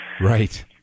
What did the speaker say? Right